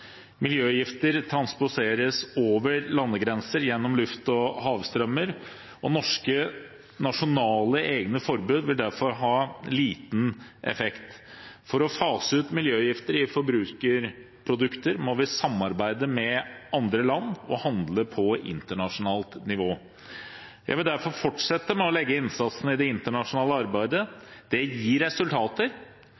Miljøgifter transporteres over landegrenser gjennom luft og havstrømmer, og norske, nasjonale, egne forbud vil derfor ha liten effekt. For å fase ut miljøgifter i forbrukerprodukter må vi samarbeide med andre land og handle på internasjonalt nivå. Jeg vil derfor fortsette med å sette inn innsatsen i det internasjonale arbeidet.